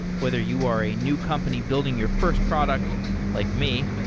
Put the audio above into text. whether you are a new company building your first product like me,